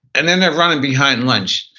and then they're running behind lunch.